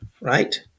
right